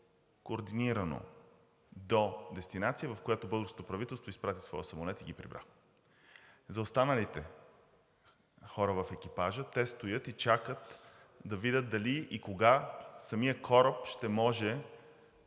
координирано до дестинация, в която българското правителство изпрати своя самолет и ги прибра. За останалите хора в екипажа, те стоят и чакат да видят дали и кога самият кораб ще може